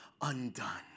undone